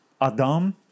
Adam